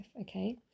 okay